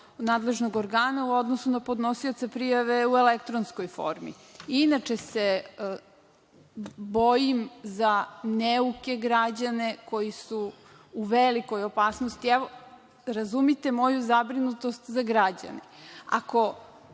nadležnog organa u odnosu na podnosioca prijave u elektronskoj formi. Inače se bojim za neuke građane koji su u velikoj opasnosti. Razumite moju zabrinutost za građane. Ako